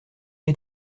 les